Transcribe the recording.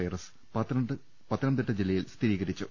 virus Pathanamthitta ജില്ലയിൽ സ്ഥിരീകരിച്ചു